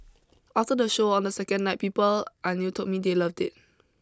after the show on the second night people I knew told me they loved it